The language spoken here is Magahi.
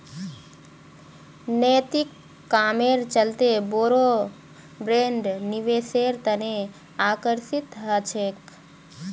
नैतिक कामेर चलते बोरो ब्रैंड निवेशेर तने आकर्षित ह छेक